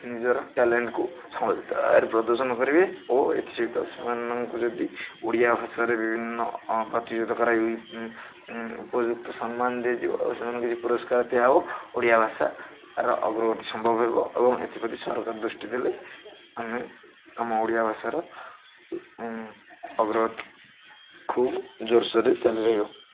ନିଜର ଟ୍ୟାଲେଣ୍ଟକୁ ସମତଙ୍କ ଆଗରେ ପ୍ରଦର୍ଶନ କରିବେ ଓ ଏଥିସହିତ ସେମାନଙ୍କୁ ଯଦି ଓଡ଼ିଆ ଭାଷାରେ ବିଭିନ୍ନ ପ୍ରତିଯୋଗିତା କରା ହେଇ ଉପଯୁକ୍ତ ସମ୍ମାନ ଦିଆଯିବ ଓ ସେମାନେ କିଛି ପୁରସ୍କାର ଦିଆ ହେବ ଓଡ଼ିଆ ଭାଷାର ଅଗ୍ରଗତି ସମ୍ଭବ ହେବ ଏବଂ ଏଥିପ୍ରତି ସରକାର ଦୃଷ୍ଟି ଦେଲେ ଆମେ ଆମ ଓଡ଼ିଆ ଭାଷାର ଅଗ୍ରଗତି ଖୁବ୍ ଜୋର ସୋରେ ଚାଲି ରହିବ